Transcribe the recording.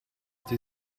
die